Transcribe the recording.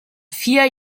vier